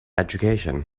education